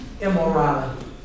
immorality